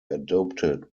adopted